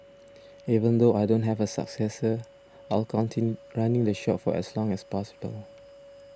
even though I don't have a successor I'll continue running the shop for as long as possible